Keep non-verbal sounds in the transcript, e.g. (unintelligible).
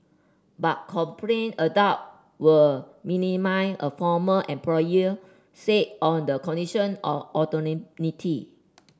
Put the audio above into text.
but (unintelligible) adult were minimal a former employee said on the condition of (unintelligible)